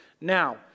Now